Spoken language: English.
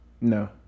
No